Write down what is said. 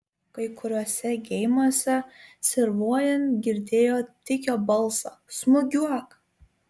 kai kuriuose geimuose servuojant girdėjo tik jo balsą smūgiuok